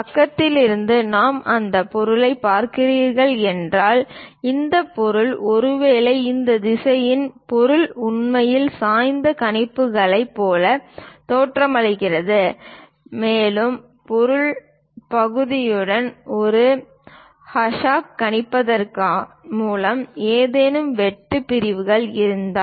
பக்கத்திலிருந்து நாம் அந்த பொருளைப் பார்க்கிறீர்கள் என்றால் இதன் பொருள் ஒருவேளை இந்த திசையில் பொருள் உண்மையில் சாய்ந்த கணிப்புகளைப் போல தோற்றமளிக்கிறது மேலும் பொருள் பகுதியுடன் ஒரு ஹாஷாகக் காண்பிப்பதன் மூலம் ஏதேனும் வெட்டு பிரிவுகள் இருந்தால்